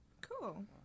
Cool